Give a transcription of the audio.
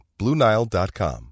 BlueNile.com